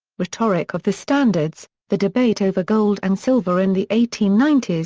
rhetoric of the standards the debate over gold and silver in the eighteen ninety s,